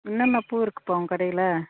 என்னென்ன பூ இருக்குதுப்பா உன் கடையில்